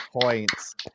points